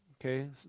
okay